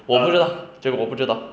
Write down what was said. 我不知道这我不知道